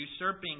usurping